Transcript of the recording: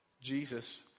Jesus